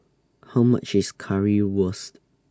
How much IS Currywurst